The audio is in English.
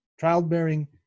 childbearing